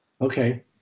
Okay